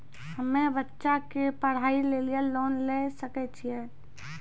हम्मे बच्चा के पढ़ाई लेली लोन लिये सकय छियै?